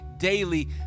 daily